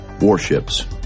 warships